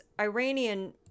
iranian